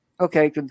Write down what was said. Okay